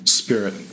Spirit